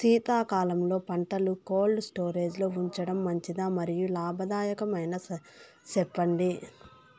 శీతాకాలంలో పంటలు cold storage లో ఉంచడం మంచిదా? మరియు లాభదాయకమేనా, సెప్పండి